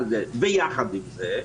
עם זאת,